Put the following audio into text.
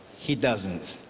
he doesn't.